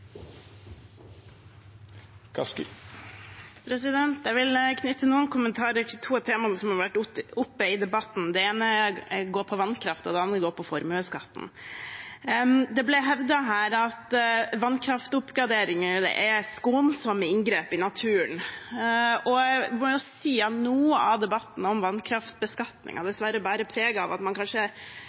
Jeg vil knytte noen kommentarer til to av temaene som har vært oppe i debatten. Det ene går på vannkraft, og det andre går på formuesskatten. Det ble hevdet her at vannkraftoppgraderinger er skånsomme inngrep i naturen. Jeg må jo si at noe av debatten om vannkraftbeskatningen dessverre bærer preg av at man